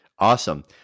Awesome